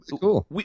cool